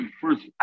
first